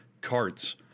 carts